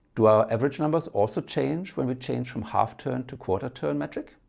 do our average numbers also change when we change from half turn to quarter turn. but like